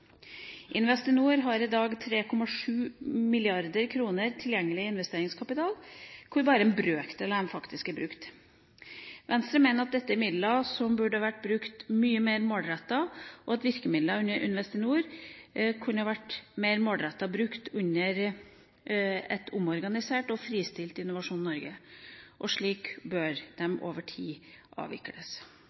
Investinor har i dag 3,7 mrd. kr i tilgjengelig investeringskapital, hvorav bare en brøkdel faktisk er brukt. Venstre mener at dette er midler som burde vært brukt mye mer målrettet, og at virkemidlene under Investinor kunne vært brukt mer målrettet under et omorganisert og fristilt Innovasjon Norge. På sikt bør derfor Investinor avvikles.